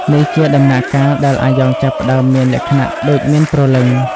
នេះជាដំណាក់កាលដែលអាយ៉ងចាប់ផ្តើមមានលក្ខណៈដូចមានព្រលឹង។